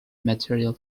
material